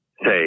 say